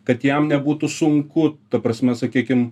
kad jam nebūtų sunku ta prasme sakykim